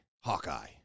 Hawkeye